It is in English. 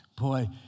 Boy